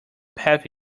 path